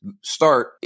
start